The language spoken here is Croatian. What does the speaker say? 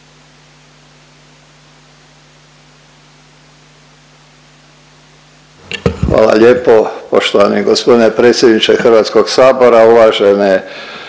Hvala lijepo. Poštovani gospodine predsjedniče Hrvatskog sabora, uvažene